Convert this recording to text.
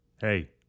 Hey